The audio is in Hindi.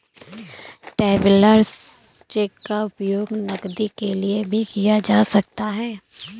ट्रैवेलर्स चेक का उपयोग नकदी के लिए भी किया जा सकता है